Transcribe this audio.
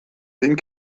ding